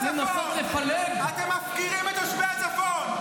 אתם בזבזתם, זו בושה וחרפה.